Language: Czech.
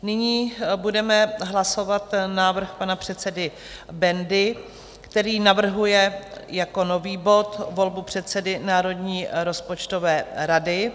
Nyní budeme hlasovat návrh pana předsedy Bendy, který navrhuje jako nový bod volbu předsedy Národní rozpočtové rady.